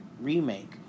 Remake